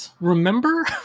remember